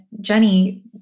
Jenny